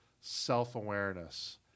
self-awareness